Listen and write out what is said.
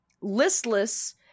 listless